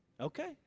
Okay